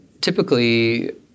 typically